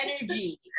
energy